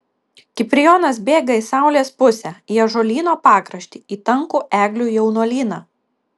kiprijonas bėga į saulės pusę į ąžuolyno pakraštį į tankų eglių jaunuolyną